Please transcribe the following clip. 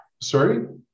Sorry